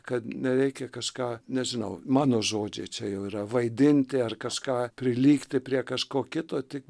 kad nereikia kažką nežinau mano žodžiai čia jau yra vaidinti ar kažką prilygti prie kažko kito tik